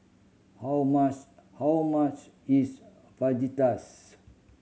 how much how much is Fajitas